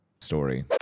story